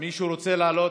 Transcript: מישהו רוצה לעלות?